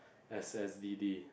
S_S_D_D